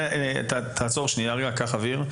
תעצור שנייה, קח אויר.